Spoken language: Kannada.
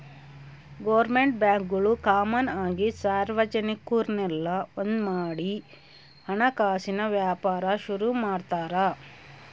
ಗೋರ್ಮೆಂಟ್ ಬ್ಯಾಂಕ್ಗುಳು ಕಾಮನ್ ಆಗಿ ಸಾರ್ವಜನಿಕುರ್ನೆಲ್ಲ ಒಂದ್ಮಾಡಿ ಹಣಕಾಸಿನ್ ವ್ಯಾಪಾರ ಶುರು ಮಾಡ್ತಾರ